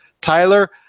Tyler